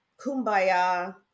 kumbaya